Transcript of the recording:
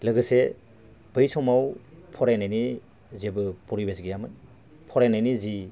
लोगोसे बै समाव फरायनायनि जेबो परिबेस गैयामोन फरायनायनि जि